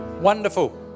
Wonderful